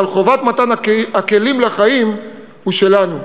אבל חובת מתן הכלים לחיים היא שלנו.